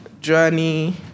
journey